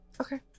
Okay